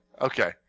Okay